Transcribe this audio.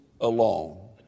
alone